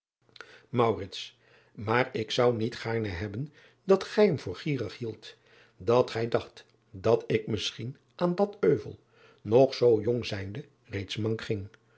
aar ik zou niet gaarne hebben dat gij hem voor gierig hieldt dat gij dacht dat ik misschien aan dat euvel nog zoo jong zijnde reeds mank ging